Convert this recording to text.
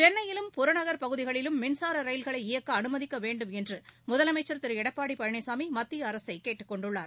சென்னையிலும் புறநகர் பகுதிகளிலும் மின்சார ரயில்களை இயக்க அனுமதிக்க வேண்டுமென்று முதலமைச்சர் திரு எடப்பாடி பழனிசாமி மத்திய அரசை கேட்டுக் கொண்டுள்ளார்